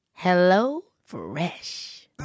HelloFresh